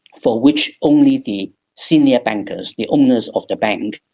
for which only the senior bankers, the owners of the bank,